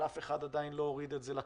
אבל אף אחד עדיין לא הוריד את זה לקרקע.